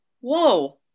Whoa